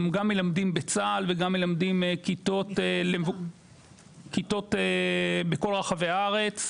גם מלמדים בצה"ל וגם מלמדים כיתות בכל רחבי הארץ.